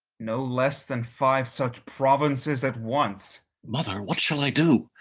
no less than five such provinces at once? mother, what shall i do?